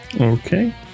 Okay